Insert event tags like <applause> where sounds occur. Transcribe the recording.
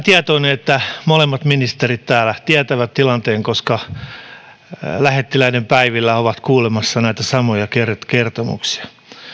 <unintelligible> tietoinen että molemmat ministerit täällä tietävät tilanteen koska he olivat lähettiläiden päivillä kuulemassa näitä samoja kertomuksia